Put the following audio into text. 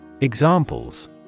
Examples